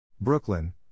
Brooklyn